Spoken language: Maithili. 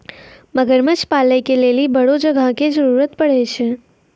मगरमच्छ पालै के लेली बड़ो जगह के जरुरत पड़ै छै